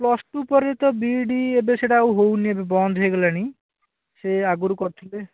plus two ପରେ ତ B Ed ଏବେ ସେଟା ଆଉ ହେଉନି ଏବେ ବନ୍ଦ ହେଇଗଲାଣି ସେ ଆଗରୁ କରିଥିଲେ